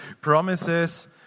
promises